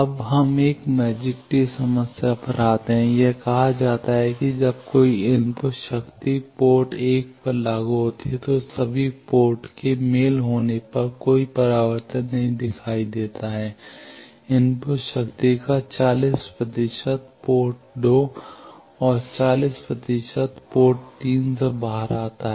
अब हम एक मैजिक टी समस्या पर आते हैं यह कहा जाता है कि जब कोई इनपुट शक्ति पोर्ट पोर्ट 1 पर लागू होता है तो सभी पोर्ट के मेल होने पर कोई परावर्तन दिखाई नहीं देता है इनपुट शक्ति का 40 प्रतिशत पोर्ट 2 से और 40 प्रतिशत पोर्ट 3 से भी बाहर आता है